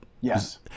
Yes